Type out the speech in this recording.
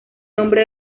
nombre